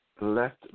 left